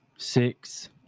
Six